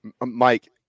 Mike